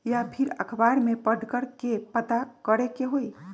या फिर अखबार में पढ़कर के पता करे के होई?